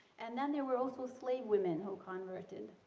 and then there were also slave women who converted.